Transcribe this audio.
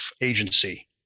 agency